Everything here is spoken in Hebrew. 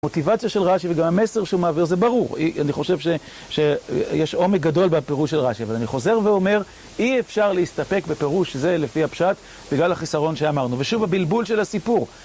המוטיבציה של רשי, וגם המסר שהוא מעביר, זה ברור. אני חושב שיש עומק גדול בפירוש של רשי. אבל אני חוזר ואומר, אי אפשר להסתפק בפירוש שזה לפי הפשט בגלל החיסרון שאמרנו. ושוב, הבלבול של הסיפור.